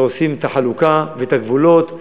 עושים את החלוקה ואת הגבולות.